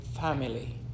family